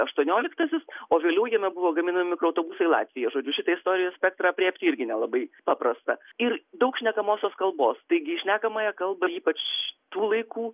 aštuonioliktasis o vėliau jame buvo gaminami mikroautobusai latvija žodžiu šitą istorijos spektrą aprėpti irgi nelabai paprasta ir daug šnekamosios kalbos taigi šnekamąją kalbą ypač tų laikų